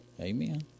Amen